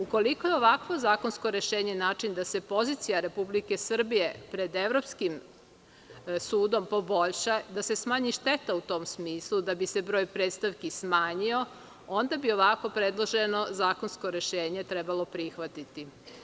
Ukoliko je ovakvo zakonsko rešenje način da se pozicija Republike Srbije pred Evropskim sudom poboljša, da se smanji šteta u tom smislu da bi se broj predstavki smanjio, onda bi ovako predloženo zakonsko rešenje trebalo prihvatiti.